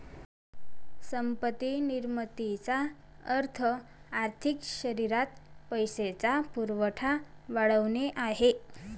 संपत्ती निर्मितीचा अर्थ आर्थिक शरीरात पैशाचा पुरवठा वाढवणे आहे